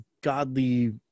godly